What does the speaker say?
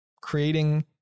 creating